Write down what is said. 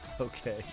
Okay